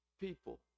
people